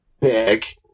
pick